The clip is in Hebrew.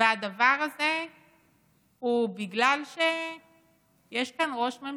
והדבר הזה הוא בגלל שיש כאן ראש ממשלה,